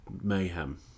mayhem